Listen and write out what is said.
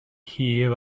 hir